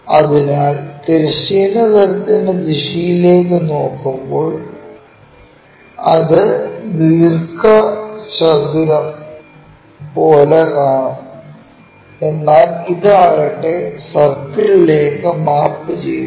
അതിനാൽ തിരശ്ചീന തലത്തിന്റെ ആ ദിശയിലേക്ക് നോക്കുമ്പോൾ അത് ദീർഘചതുരം പോലെ കാണും എന്നാൽ ഇതാകട്ടെ സർക്കിൾലേക്ക് മാപ്പ് ചെയ്യുന്നു